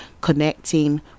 connecting